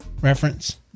reference